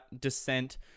Descent